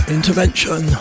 Intervention